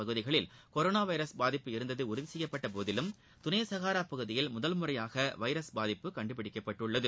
பகுதிகளில் corona virus பாதிப்பு இருந்தது உறுதி செய்யப்பட்ட போதிலும் துணை சகாரா பகுதியில் முதல் முறையாக வைரஸ் பாதிப்பு கண்டுபிடிக்கப்பட்டுள்ளது